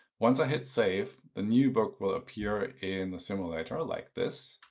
once i hit save, the new book will appear in the simulator like this.